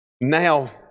Now